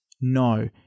No